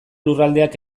lurraldeak